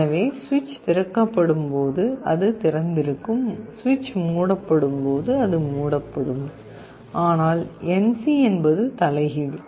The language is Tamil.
எனவே சுவிட்ச் திறக்கப்படும் போது அது திறந்திருக்கும் சுவிட்ச் மூடப்படும் போது அது மூடப்படும் ஆனால் NC என்பது தலைகீழ்